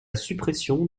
suppression